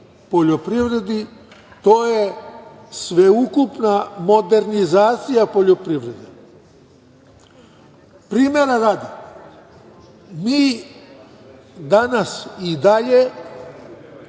poljoprivredi, to je sveukupna modernizacija poljoprivrede. Primera radi, nama danas i dalje